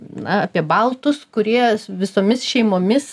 na apie baltus kurie su visomis šeimomis